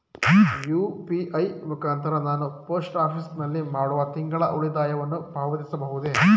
UPI ಮುಖಾಂತರ ನಾನು post office ನಲ್ಲಿ ಮಾಡುವ ತಿಂಗಳ ಉಳಿತಾಯವನ್ನು ಪಾವತಿಸಬಹುದೇ?